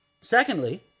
Secondly